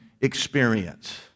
experience